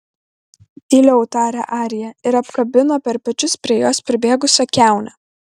tyliau tarė arija ir apkabino per pečius prie jos pribėgusią kiaunę